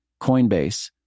Coinbase